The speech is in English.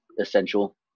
essential